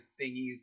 thingies